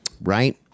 Right